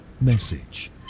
message